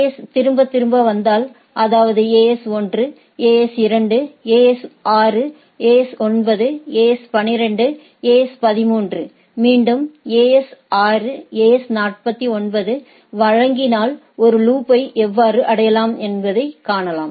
S திரும்பத் திரும்ப வந்தால்அதாவது AS 1 AS 2 AS 6 AS 9 AS 12 AS 13 மீண்டும் AS 6 AS 49 ஐ வழங்கினால் ஒரு லூப்யை எவ்வாறு அடையாளம் காண்பது